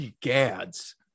Gads